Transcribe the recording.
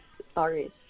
Stories